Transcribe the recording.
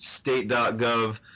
state.gov